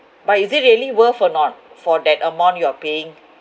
but is it really worth or not for that amount you are paying